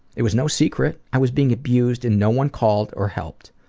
it was no secret. i was being abused and no one called or helped.